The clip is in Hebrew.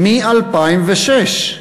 מ-2006.